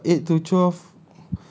you okay what eight to twelve